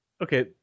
okay